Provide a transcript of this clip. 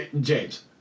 James